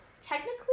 technically